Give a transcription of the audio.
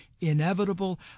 inevitable